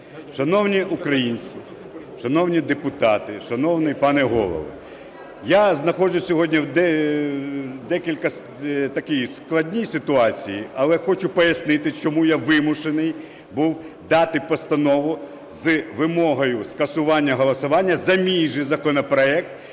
Шановні українці, шановні депутати, шановний пане Голово! Я знаходжусь сьогодні в декілька такій складній ситуації, але хочу пояснити, чому я вимушений був дати постанову з вимогою скасування голосування за мій же законопроект,